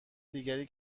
دیگری